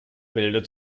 bildet